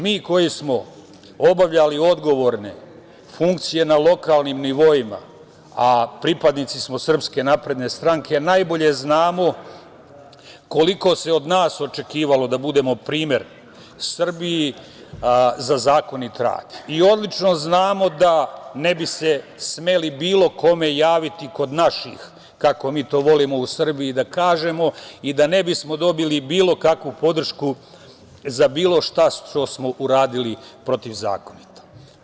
Mi koji smo obavljali odgovorne funkcije na lokalnim nivoima, a pripadnici smo SNS, najbolje znamo koliko se od nas očekivalo da budemo primer Srbiji za zakonit rad i odlično znamo da ne bi se smeli bilo kome javiti kod naših, kako mi to volimo u Srbiji da kažemo, i da ne bismo dobili bilo kakvu podršku za bilo šta što smo uradili protivzakonito.